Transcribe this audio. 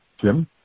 Jim